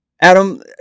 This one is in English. Adam